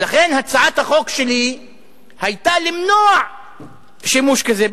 ולכן הצעת החוק שלי היתה למנוע שימוש כזה,